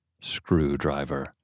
Screwdriver